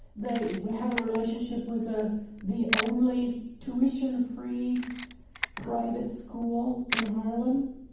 they have a relationship with ah the only tuition-free private school in harlem.